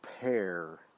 pair